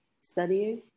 studying